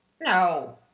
No